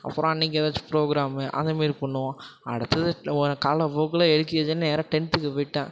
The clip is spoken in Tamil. அப்புறம் அன்னைக்கு ஏதாச்சும் ப்ரோக்ராமு அதே மாரி பண்ணுவோம் அடுத்தது உ காலப்போக்கில் எல்கேஜிலேந்து நேராக டென்த்துக்கு போயிவிட்டேன்